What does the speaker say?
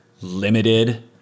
limited